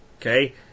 Okay